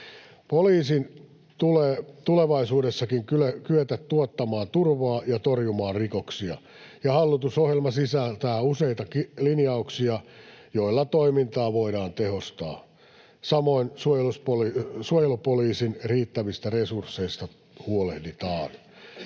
Poliisin tulee tulevaisuudessakin kyetä tuottamaan turvaa ja torjumaan rikoksia, ja hallitusohjelma sisältää useita linjauksia, joilla toimintaa voidaan tehostaa. Samoin suojelupoliisin riittävistä resursseista huolehditaan.